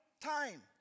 time